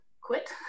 quit